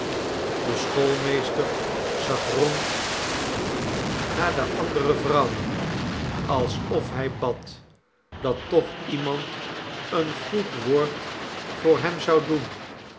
de schoolmeester zag rond naar de andere vrouwen alsof hij bad dat toch iemand een goed woord voor hem zou doen